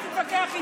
אל תתווכח איתו.